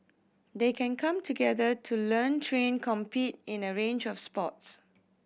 they can come together to learn train compete in a range of sports